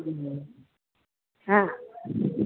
হ্যাঁ